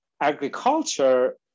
agriculture